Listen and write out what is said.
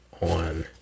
on